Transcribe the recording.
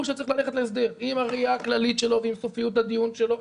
שברור שצריך ללכת להסדר עם הראייה הכללית שלו ועם סופיות הדיון שלו.